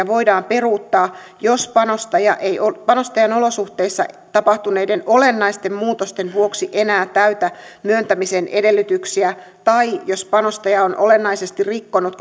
voidaan peruuttaa jos panostaja ei olosuhteissa tapahtuneiden olennaisten muutosten vuoksi enää täytä myöntämisen edellytyksiä tai jos panostaja on olennaisesti rikkonut